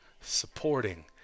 supporting